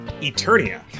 Eternia